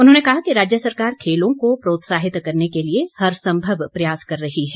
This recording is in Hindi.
उन्होंने कहा कि राज्य सरकार खेलों को प्रोत्साहित करने के लिए हरसंभव प्रयास कर रही है